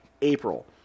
April